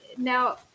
Now